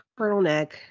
turtleneck